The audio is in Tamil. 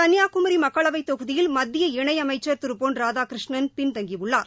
கன்னியாகுமி மக்களவைத் தொகுதியில் மத்திய இணை அமைச்ச் திரு பொன் ராதாகிருஷ்ணன் பின்தங்கியுள்ளார்